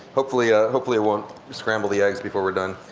hopefully ah hopefully won't scramble the eggs before we're done.